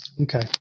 Okay